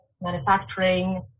manufacturing